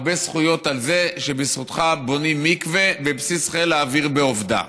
הרבה זכויות על זה שבזכותך בונים מקווה בבסיס חיל האוויר בעובדה.